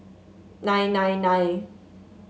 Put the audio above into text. nine nine nine